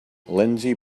lindsey